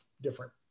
different